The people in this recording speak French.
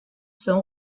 son